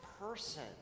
person